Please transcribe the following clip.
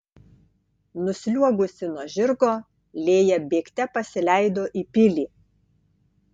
nusliuogusi nuo žirgo lėja bėgte pasileido į pilį